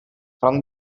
from